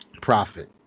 profit